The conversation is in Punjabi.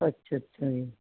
ਅੱਛਾ ਅੱਛਾ ਅੱਛਾ ਜੀ